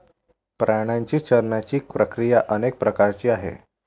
प्राण्यांची चरण्याची प्रक्रिया अनेक प्रकारची आहे